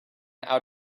out